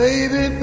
Baby